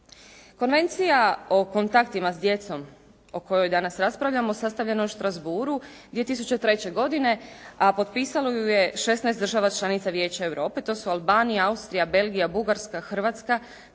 Konvencija o kontaktima s djecom o kojoj danas raspravljamo sastavljena je u Strasbourgu 2003. godine, a potpisalo ju je 16 država članica Vijeća Europe, to su: Albanija, Austrija, Belgija, Bugarska, Hrvatska,